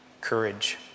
courage